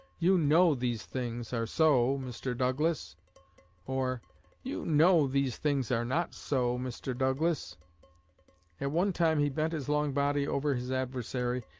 you know these things are so, mr. douglas or you know these things are not so, mr. douglas at one time he bent his long body over his adversary,